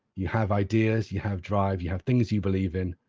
you have ideas, you have drive, you have things you believe in.